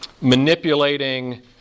manipulating